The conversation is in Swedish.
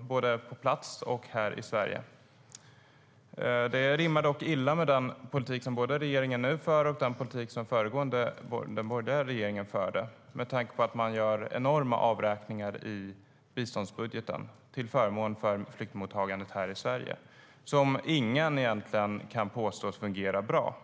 både på plats och här i Sverige. Det rimmar illa med både den politik som den nuvarande regeringen för och den politik som den borgerliga regeringen förde, med tanke på att man gör enorma avräkningar av biståndsbudgeten till förmån för flyktingmottagningen här i Sverige, som ingen kan påstå fungerar bra.